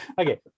Okay